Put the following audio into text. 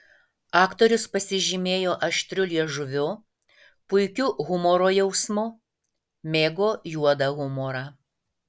aktorius pasižymėjo aštriu liežuviu puikiu humoro jausmu mėgo juodą humorą